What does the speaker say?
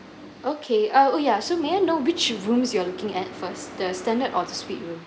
okay uh oh ya so may I know which rooms you are looking at first the standard or the suite room